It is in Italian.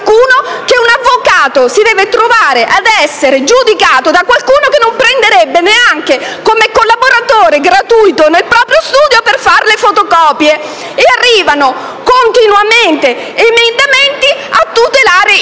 perché un avvocato si deve trovare ad essere giudicato da qualcuno che non prenderebbe neanche come collaboratore gratuito nel proprio studio per fare le fotocopie? E arrivano continuamente emendamenti a tutelare il non